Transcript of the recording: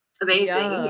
amazing